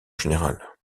général